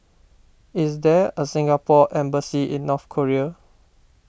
is there a Singapore Embassy in North Korea